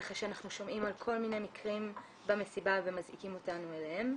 כך שאנחנו שומעים על כל מיני מקרים במסיבה ומזעיקים אותנו אליהם.